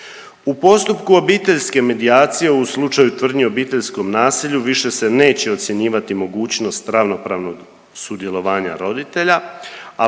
U postupku obiteljske midijacije, a u slučaju tvrdnje o obiteljskom nasilju više se neće ocjenjivati mogućnost ravnopravnog sudjelovanja roditelja,